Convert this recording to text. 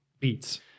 Beats